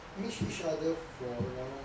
meet each other for around